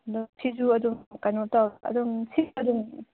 ꯑꯗꯣ ꯁꯤꯁꯨ ꯑꯗꯨꯝ ꯀꯩꯅꯣ ꯇꯧꯔꯒ ꯑꯗꯨꯝ ꯁꯤꯁꯨ ꯑꯗꯨꯝ